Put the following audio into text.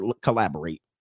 collaborate